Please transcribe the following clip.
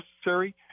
necessary